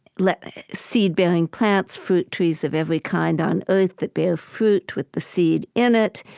let seed-bearing plants, fruit trees of every kind on earth that bear fruit with the seed in it,